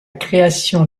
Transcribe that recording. création